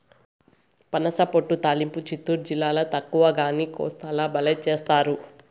పనసపొట్టు తాలింపు చిత్తూరు జిల్లాల తక్కువగానీ, కోస్తాల బల్లే చేస్తారు